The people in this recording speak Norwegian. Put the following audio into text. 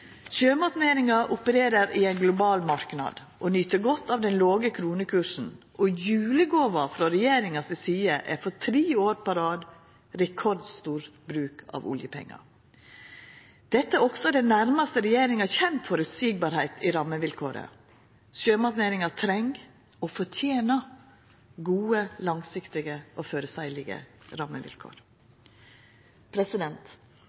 opererer i ein global marknad og nyt godt av den låge kronekursen, og julegåva frå regjeringa si side er for tredje året på rad rekordstor bruk av oljepengar. Dette er også det nærmaste regjeringa kjem føreseielege rammevilkår. Sjømatnæringa treng – og fortener – gode, langsiktige og føreseielege